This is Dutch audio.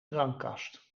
drankkast